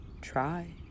try